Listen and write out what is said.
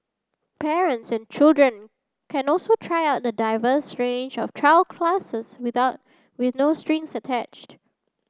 parents and children can also try out a diverse range of trial classes with no strings attached